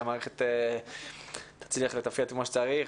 שהמערכת תצליח לתפקד כמו שצריך.